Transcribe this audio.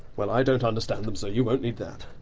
well i don't understand them, so you won't need that.